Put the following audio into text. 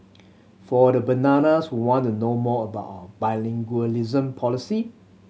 for the bananas who want to know more about bilingualism policy